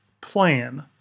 plan